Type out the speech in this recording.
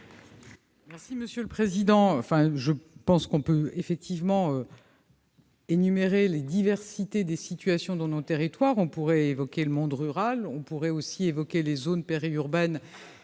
du Gouvernement ? Je pense qu'on peut en effet énumérer les diversités des situations dans nos territoires. On pourrait évoquer le monde rural, on pourrait aussi évoquer les zones périurbaines